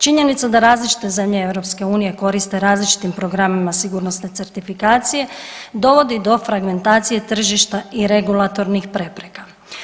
Činjenica da različite zemlje EU koriste različitim programima sigurnosne certifikacije dovodi do fragmentacije tržišta i regulatornih prepreka.